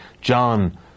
John